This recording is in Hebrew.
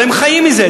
הרי הם חיים מזה.